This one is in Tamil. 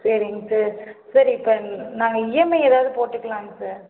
சரிங்க சார் சார் இப்போ நாங்கள் இஎம்ஐ ஏதாவது போட்டுக்கலாங்க சார்